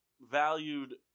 valued